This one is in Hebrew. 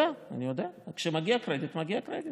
אני יודע, אני יודע, וכשמגיע קרדיט מגיע קרדיט.